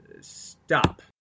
Stop